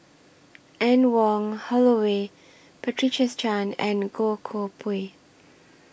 Anne Wong Holloway Patricia Chan and Goh Koh Pui